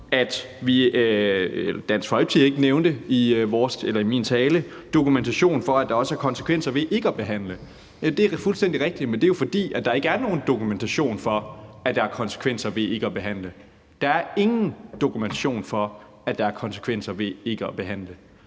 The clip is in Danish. nævnte og jeg i min tale ikke nævnte dokumentation for, at der også er konsekvenser ved ikke at behandle. Det er fuldstændig rigtigt, men det er jo, fordi der ikke er nogen dokumentation for, at der er konsekvenser ved ikke at behandle. Der er ingen dokumentation for, at der er konsekvenser ved ikke at behandle,